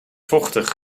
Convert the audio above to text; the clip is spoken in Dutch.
vochtig